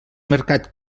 mercat